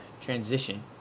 transition